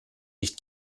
nicht